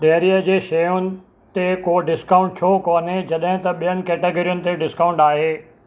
dairy जी शयुनि ते को डिस्काउंट छो कोन्हे जॾहिं त ॿियुनि कैटेगरियुनि ते डिस्काउंट आहे